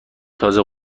تازه